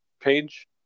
page